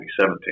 2017